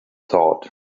thought